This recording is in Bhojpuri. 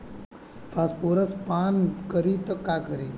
फॉस्फोरस पान करी त का करी?